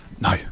No